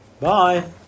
Bye